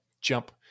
jump